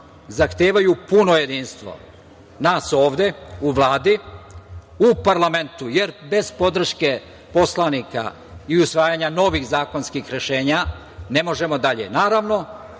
zahtevaju puno jedinstvo nas ovde, u Vladi, u parlamentu, jer bez podrške poslanika i usvajanja novih zakonskih rešenja ne možemo dalje.